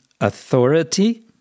authority